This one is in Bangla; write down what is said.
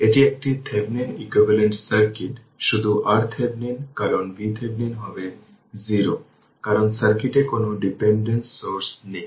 এটি একটি Thevenin ইকুইভ্যালেন্ট সার্কিট শুধু RThevenin কারণ VThevenin হবে 0 কারণ সার্কিটে কোনো ডিপেন্ডেন্ট সোর্স নেই